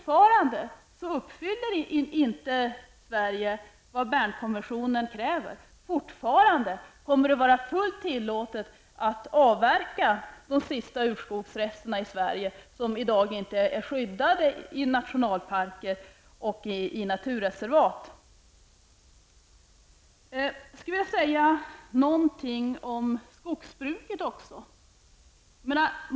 Sverige kommer fortfarande inte att uppfylla vad Bernkonventionen kräver, och det kommer fortfarande att vara fullt tillåtet att avverka de sista urskogsrester i Sverige som i dag inte är skyddade i nationalparker och i naturreservat. Jag vill också säga något om skogsbruket.